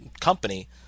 company